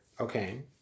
Okay